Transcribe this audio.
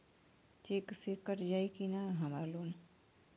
Check से कट जाई की ना हमार लोन?